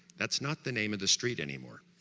that's not the name of the street anymore